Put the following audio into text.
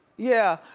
yeah,